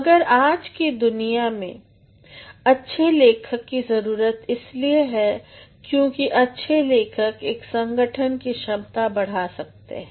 मगर आज के दुनिया में अच्छे लिखक कि जरुरत इसलिए है क्यूंकि अच्छे लेखक एक संगठन की क्षमता बढ़ा सकते हैं